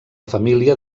família